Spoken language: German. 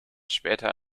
später